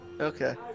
Okay